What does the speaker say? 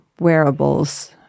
wearables